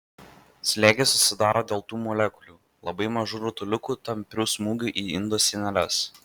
slėgis susidaro dėl tų molekulių labai mažų rutuliukų tamprių smūgių į indo sieneles